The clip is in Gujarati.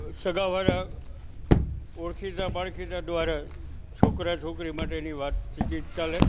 સગા વ્હાલા ઓળખીતા પાળખીતા દ્વારા છોકરા છોકરી માટે એની વાતચીત ચાલે ચાલે